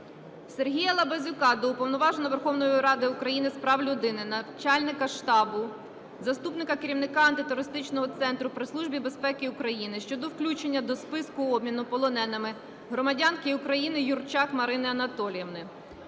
Сергія Лабазюка до Уповноваженого Верховної Ради України з прав людини, начальника штабу — заступника керівника Антитерористичного центру при Службі безпеки України щодо включення до списку обміну полоненими громадянки України Юрчак Марини Анатоліївни.